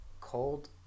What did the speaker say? cold